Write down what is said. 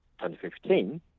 2015